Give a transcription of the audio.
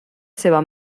seva